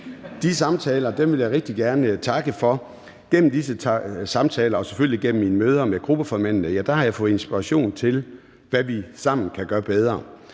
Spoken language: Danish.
De samtaler vil jeg rigtig gerne takke for. Gennem disse samtaler og selvfølgelig gennem mine møder med gruppeformændene har jeg fået inspiration til, hvad vi sammen kan gøre bedre,